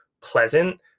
pleasant